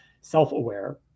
self-aware